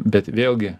bet vėlgi